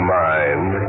mind